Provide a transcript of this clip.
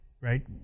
right